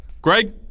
Greg